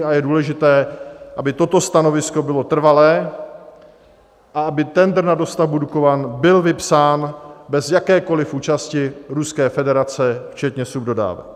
A je důležité, aby toto stanovisko bylo trvalé a aby tendr na dostavbu Dukovan byl vypsán bez jakékoli účasti Ruské federace včetně subdodávek.